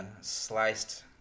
sliced